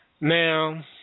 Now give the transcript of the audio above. Now